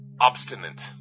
obstinate